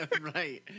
Right